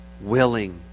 willing